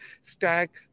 stack